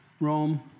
Rome